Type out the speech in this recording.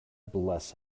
bless